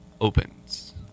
opens